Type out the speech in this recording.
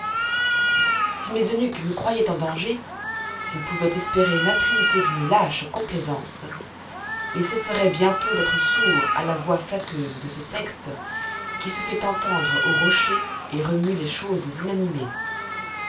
si mes eunuques me croyoient en danger s'ils pouvoient espérer l'impunité d'une lâche complaisance ils cesseroient bientôt d'être sourds à la voix flatteuse de ce sexe qui se fait entendre aux rochers et remue les choses inanimées